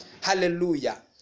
hallelujah